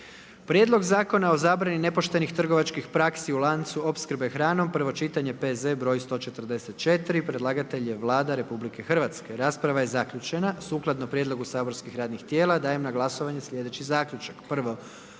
prijedlog Zakona o sigurnosnoj zaštiti pomorskih brodova i luka, prvo čitanje P.Z.E. br. 143. Predlagatelj je Vlada Republike Hrvatske. Rasprava je zaključena. Sukladno prijedlogu saborskih radnih tijela, dajem na glasovanje sljedeći zaključak: